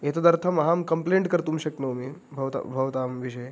एतदर्थम् अहं कम्प्लेण्ट् कर्तुं शक्नोमि भवतां भवतां विषये